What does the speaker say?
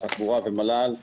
תחבורה ומל"ל,